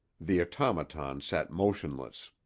the automaton sat motionless.